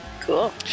Cool